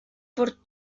por